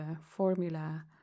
formula